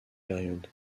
période